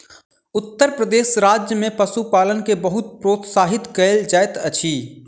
उत्तर प्रदेश राज्य में पशुपालन के बहुत प्रोत्साहित कयल जाइत अछि